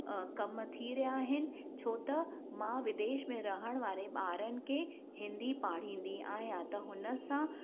कम थी रहिया आहिनि छो त मां विदेश में रहण वारे ॿारनि खे हिंदी पाढ़ंदी आहियां त हुनसां